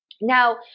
Now